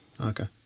Okay